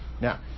Now